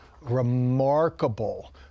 remarkable